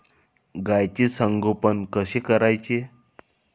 गाईचे संगोपन कसे करायचे?